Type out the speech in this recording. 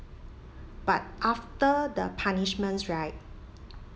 but after the punishments right